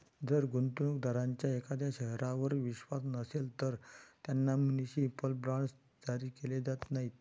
जर गुंतवणूक दारांचा एखाद्या शहरावर विश्वास नसेल, तर त्यांना म्युनिसिपल बॉण्ड्स जारी केले जात नाहीत